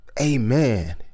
Amen